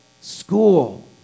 school